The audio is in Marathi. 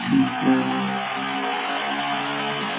ठीक आहे